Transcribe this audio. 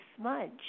Smudge